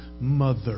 mother